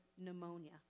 pneumonia